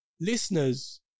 listeners